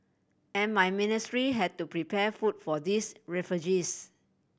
and my ministry had to prepare food for these refugees